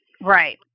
Right